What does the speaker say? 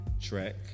track